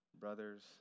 Brothers